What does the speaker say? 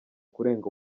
kurenga